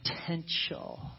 potential